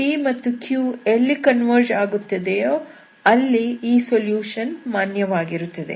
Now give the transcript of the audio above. p ಮತ್ತು q ಎಲ್ಲಿ converge ಆಗುತ್ತದೆಯೋ ಅಲ್ಲಿ ಈ ಸೊಲ್ಯೂಷನ್ ಮಾನ್ಯವಾಗಿರುತ್ತದೆ